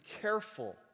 careful